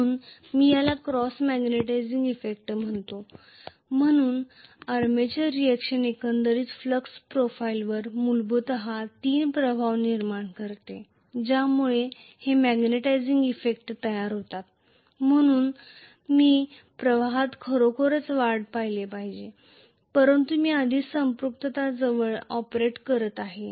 म्हणून मी याला क्रॉस मॅग्नेटिझिंग इफेक्ट म्हणतो म्हणून आर्मेचर रिएक्शन एकंदरीत फ्लक्स प्रोफाइलवर मूलत तीन प्रभाव निर्माण करते ज्यामुळे हे मॅग्नेटिझिंग इफेक्ट तयार करते म्हणून मी प्रवाहात खरोखरच वाढ पाहिले पाहिजे परंतु मी आधीच संपृक्तता जवळ ऑपरेट करत आहे